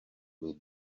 will